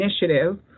Initiative